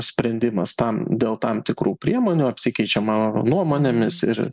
sprendimas tam dėl tam tikrų priemonių apsikeičiama nuomonėmis ir